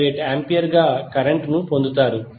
458 ampere గా current పొందుతారు